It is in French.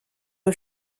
aux